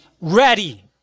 ready